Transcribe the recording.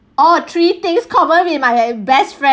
oh three things common in my best friend